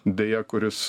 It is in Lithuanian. deja kuris